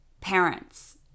parents